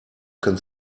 can